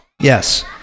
Yes